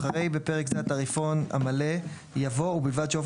אחרי "(בפרק זה - התעריפון המלא)" יבוא "ובלבד שאופן